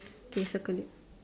K circle it